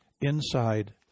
inside